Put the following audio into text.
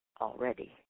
already